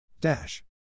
Dash